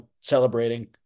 celebrating